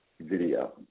video